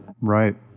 Right